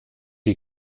die